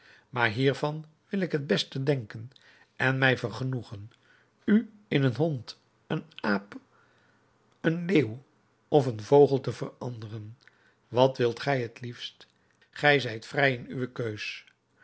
maar hiervan wil ik het beste denken en mij vergenoegen u in een hond een aap een leeuw of een vogel te veranderen wat wilt gij het liefst gij zijt vrij in uwe keus